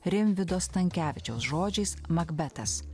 rimvydo stankevičiaus žodžiais makbetas